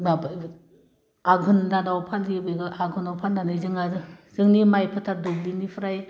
माबा आघोन दानाव फालियो बेखौ आघनाव फालिनानै जोङो जोंनि माइ फोथार दुब्लिनिफ्राय